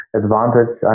advantage